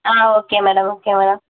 ah okay madam okay madam